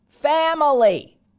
family